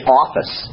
office